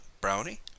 Brownie